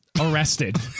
arrested